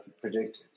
predicted